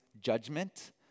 judgment